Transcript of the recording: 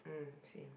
mm same